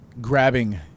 grabbing